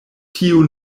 tio